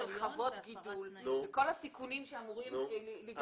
חוות גידול וכל הסיכונים שאמורים להיגרם.